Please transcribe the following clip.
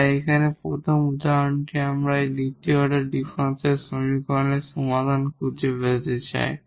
তাই এখানে প্রথম উদাহরণটি আমরা এই দ্বিতীয় অর্ডার ডিফারেনশিয়াল সমীকরণের সমাধান খুঁজে পেতে চাই